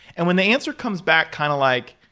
and when the answer comes back kind of like,